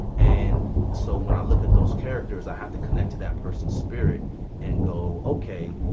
and so when i look at those characters, i have to connect to that person's spirit and go, ok.